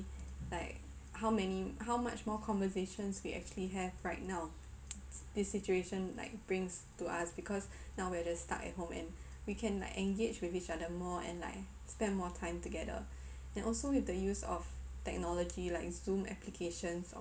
like how many how much more conversations we actually have right now this situation like brings to us because now we are just stuck at home and we can like engage with each other more and like spend more time together and also with the use of technology like zoom applications